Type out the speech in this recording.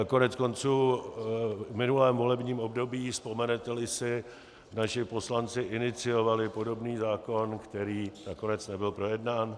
Koneckonců v minulém volebním období, vzpomeneteli si, naši poslanci iniciovali podobný zákon, který nakonec nebyl projednán.